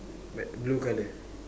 but blue colour